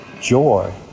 joy